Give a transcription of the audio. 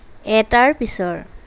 এটাৰ পিছৰ